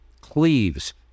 cleaves